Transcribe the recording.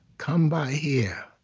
come by here.